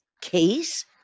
case